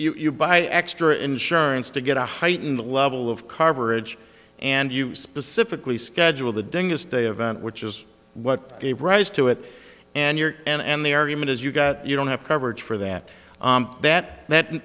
if you buy extra insurance to get a heightened level of coverage and you specifically schedule the dentist day event which is what gave rise to it and you're in and the argument is you've got you don't have coverage for that that that